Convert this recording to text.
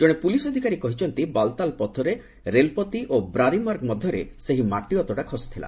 ଜଣେ ପୁଲିସ୍ ଅଧିକାରୀ କହିଛନ୍ତି ବାଲ୍ତାଲ୍ ପଥରେ ରେଲ୍ପତି ଓ ବ୍ରାରିମାର୍ଗ ମଧ୍ୟରେ ସେହି ମଟି ଅତଡ଼ା ଖସିଥିଲା